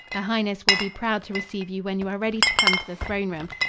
her highness will be proud to receive you when you are ready to come to the throne-room.